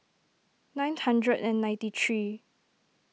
nine hundred and ninety three